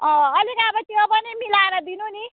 अलिक अब त्यो पनि मिलाएर दिनु नि